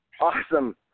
awesome